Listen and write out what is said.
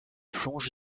plonge